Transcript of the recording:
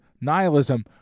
nihilism